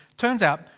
turns out,